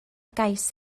gais